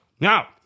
Now